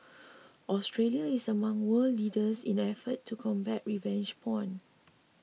Australia is among world leaders in efforts to combat revenge porn